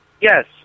Yes